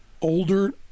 older